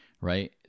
right